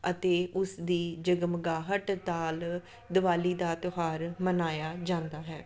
ਅਤੇ ਉਸ ਦੀ ਜਗਮਗਾਹਟ ਨਾਲ ਦਿਵਾਲੀ ਦਾ ਤਿਉਹਾਰ ਮਨਾਇਆ ਜਾਂਦਾ ਹੈ